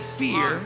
fear